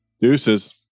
Deuces